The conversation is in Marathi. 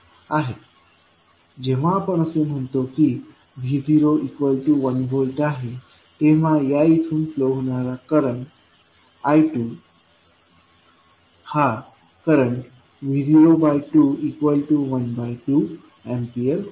जेव्हा आपण असे म्हणतो की Vo 1Vआहे तेव्हा या इथून फ्लो होणारा I2 हा करंट Vo212Aहोईल